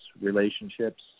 relationships